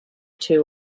two